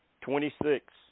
Twenty-six